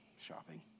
shopping